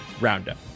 Roundup